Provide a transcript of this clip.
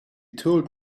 told